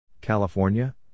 California